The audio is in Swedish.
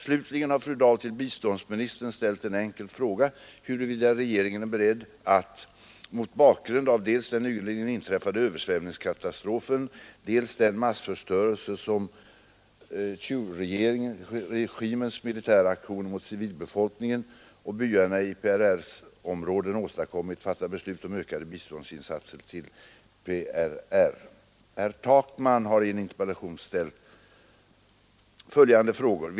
Slutligen har fru Dahl till biståndsministern ställt en enkel fråga huruvida regeringen är beredd att, mot bakgrund av dels den nyligen inträffade översvämningskatastrofen, dels den massförstörelse som Thieuregimens militära aktioner mot civilbefolkningen och byarna i PRR:s områden åstadkommit, fatta beslut om ökade biståndsinsatser till PRR. Herr Takman har i en interpellation ställt följande frågor: 1.